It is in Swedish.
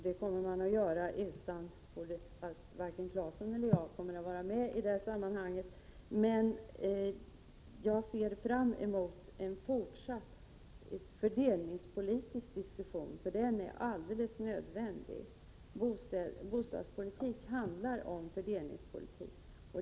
Det kommer man att göra fastän varken Tore Claeson eller jag kommer att vara med. Men jag ser fram emot en fortsatt fördelningspolitisk diskussion, för den är alldeles nödvändig. I bostadspolitiken handlar det även om fördelningspolitik.